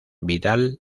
vidal